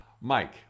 Mike